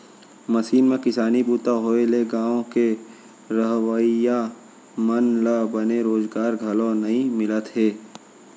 machine म किसानी बूता होए ले गॉंव के रहवइया मन ल बने रोजगार घलौ नइ मिलत हे